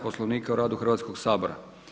Poslovnika o radu Hrvatskog sabora.